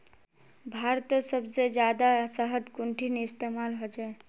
भारतत सबसे जादा शहद कुंठिन इस्तेमाल ह छे